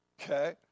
Okay